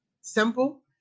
simple